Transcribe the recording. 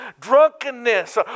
drunkenness